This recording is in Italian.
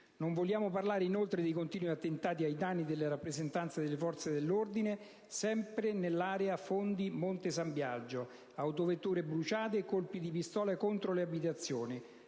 Non vogliamo parlare inoltre dei continui attentati ai danni delle rappresentanze delle Forze dell'ordine, sempre nell'area Fondi-Monte San Biagio: autovetture bruciate e colpi di pistola contro le abitazioni.